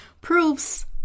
Proofs